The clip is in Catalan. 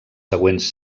següents